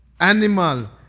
animal